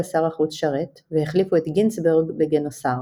שר החוץ שרת והחליפו את "גינצברג" ב"גינוסר".